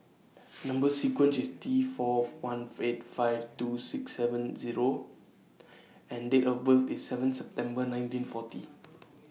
Number sequence IS T Fourth one five two six seven Zero and Date of birth IS seven September nineteen forty